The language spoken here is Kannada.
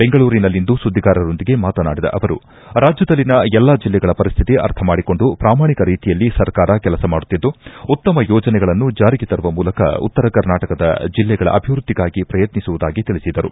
ಬೆಂಗಳೂರಿನಲ್ಲಿಂದು ಸುದ್ದಿಗಾರರೊಂದಿಗೆ ಮಾತನಾಡಿದ ಅವರು ರಾಜ್ಯದಲ್ಲಿನ ಎಲ್ಲಾ ಜಿಲ್ಲೆಗಳ ಪರಿಸ್ತಿತಿ ಅರ್ಥ ಮಾಡಿಕೊಂಡು ಪ್ರಾಮಾಣಿಕ ರೀತಿಯಲ್ಲಿ ಸರ್ಕಾರ ಕೆಲಸ ಮಾಡುತ್ತಿದ್ದು ಉತ್ತಮ ಯೋಜನೆಗಳನ್ನು ಜಾರಿಗೆ ತರುವ ಮೂಲಕ ಉತ್ತರ ಕರ್ನಾಟಕದ ಜಿಲ್ಲೆಗಳ ಅಭಿವೃದ್ಧಿಗಾಗಿ ಪ್ರಯತ್ನಿಸುವುದಾಗಿ ತಿಳಿಸಿದರು